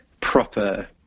proper